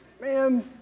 man